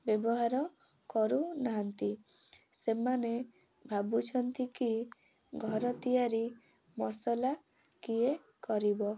ବ୍ୟବହାର କରୁନାହାନ୍ତି ସେମାନେ ଭାବୁଛନ୍ତି କି ଘର ତିଆରି ମସଲା କିଏ କରିବ